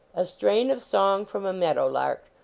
a strain of song from a meadow lark,